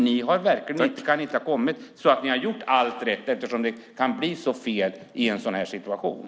Ni kan inte ha gjort allt rätt eftersom det kan bli så fel i en sådan här situation.